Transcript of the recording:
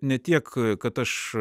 ne tiek kad aš